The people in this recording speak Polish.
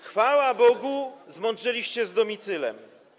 Chwała Bogu, zmądrzeliście z domicylem.